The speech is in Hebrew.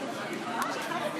כהן: